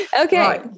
Okay